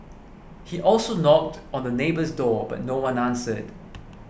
he also knocked on the neighbour's door but no one answered